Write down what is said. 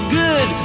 good